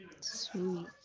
Sweet